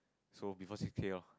so before six K lor